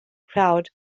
crowd